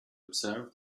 observe